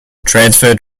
transferred